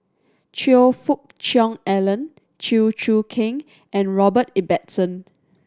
Choe Fook Cheong Alan Chew Choo Keng and Robert Ibbetson